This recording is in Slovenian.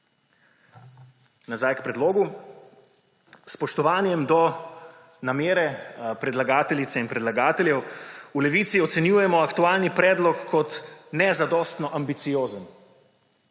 Nazaj k predlogu. S spoštovanjem do namere predlagateljice in predlagateljev v Levici ocenjujemo aktualni predlog kot nezadostno ambiciozen.